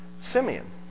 Simeon